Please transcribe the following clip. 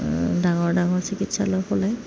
ডাঙৰ ডাঙৰ চিকিৎসালয় খোলে